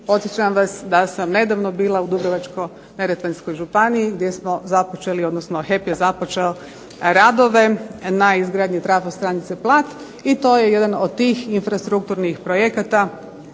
Podsjećam vas da sam nedavno bila u Dubrovačko-neretvanskoj županiji gdje smo započeli, odnosno HEP je započeo radove na izgradnji trafostanice Plat i to je jedan od tih infrastrukturnih projekata